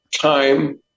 time